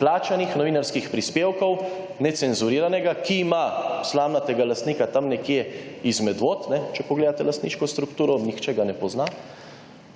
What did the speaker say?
plačanih – novinarskih prispevkov Necenzuriranega, ki ima slamnatega lastnika tam nekje iz Medvod, kajne, če pogledate lastniško strukturo. Nihče ga ne pozna.